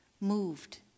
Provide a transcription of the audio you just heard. moved